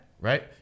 right